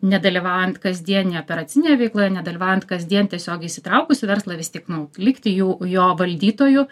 nedalyvaujant kasdienėj operacinėje veikloje nedalyvaujant kasdien tiesiog įsitraukus į verslą vis tik nu likti jų jo valdytoju